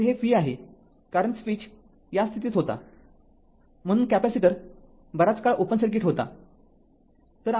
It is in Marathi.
तर हे v आहे कारण स्विच या स्थितीत होताम्हणून कॅपेसिटर बराच काळ ओपन सर्किट होता